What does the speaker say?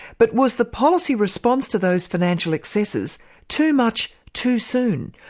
but was the policy response to those financial excesses too much, too soon?